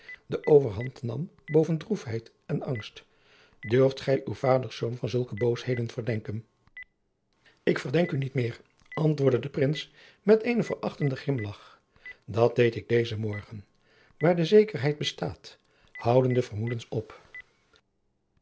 de overhand nam boven droefheid en angst durft gij uws vaders zoon van zulke boosheden verdenken ik verdenk u niet meer antwoordde de prins met eenen verachtenden grimlagch dat deed ik dezen morgen waar de zekerheid bestaat houden de vermoedens op